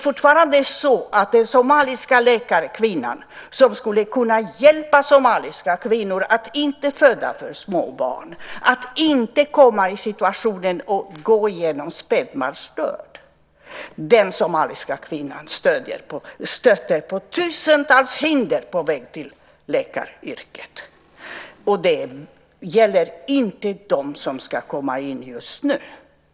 Den somaliska läkarkvinnan, som skulle kunna hjälpa somaliska kvinnor att inte föda för små barn och inte hamna i situationen att de får gå igenom spädbarnsdöd, stöter fortfarande på tusentals hinder på väg till läkaryrket. Och det gäller inte dem som ska komma in just nu.